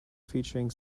featuring